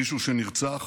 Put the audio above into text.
מישהו שנרצח